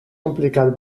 complicat